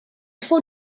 faut